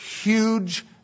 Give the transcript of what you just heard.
huge